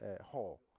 hall